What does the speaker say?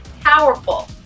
powerful